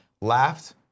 Laughed